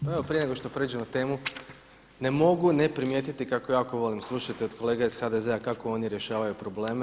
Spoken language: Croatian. Pa evo prije nego što prijeđem na temu ne mogu ne primijetiti kako jako volim slušati od kolega iz HDZ-a kako oni rješavaju probleme.